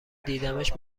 دیدمش